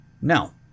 now